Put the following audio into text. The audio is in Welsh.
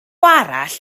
arall